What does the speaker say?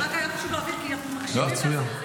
רק היה חשוב להבהיר כי אנחנו מקשיבים לזה,